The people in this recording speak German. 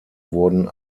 wurden